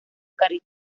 cariño